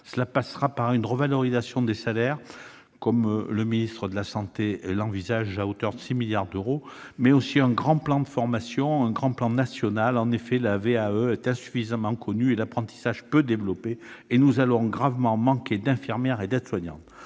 Cela passera par la revalorisation des salaires, comme le ministre de la santé l'envisage, à hauteur de 6 milliards d'euros, ainsi que par un grand plan national de formation. En effet, la VAE est insuffisamment connue et l'apprentissage peu développé. Nous allons gravement manquer d'infirmiers et d'aides-soignants.